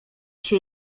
się